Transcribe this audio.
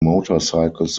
motorcycles